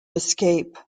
escape